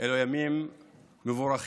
אלה ימים מבורכים.